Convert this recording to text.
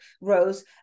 rose